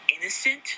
innocent